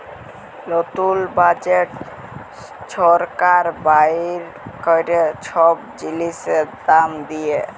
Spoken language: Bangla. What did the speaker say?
লতুল বাজেট ছরকার বাইর ক্যরে ছব জিলিসের দাম দিঁয়ে